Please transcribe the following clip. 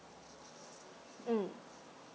mm